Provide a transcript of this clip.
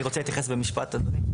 אני רוצה להתייחס במשפט, אדוני.